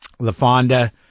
LaFonda